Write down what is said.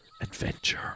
adventure